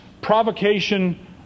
provocation